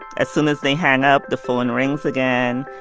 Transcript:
as soon as they hang up, the phone rings again.